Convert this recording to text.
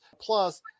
Plus